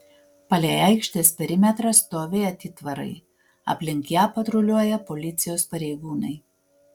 palei aikštės perimetrą stovi atitvarai aplink ją patruliuoja policijos pareigūnai